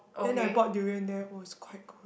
then I bought durian there it was quite good